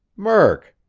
murk!